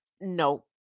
no